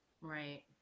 Right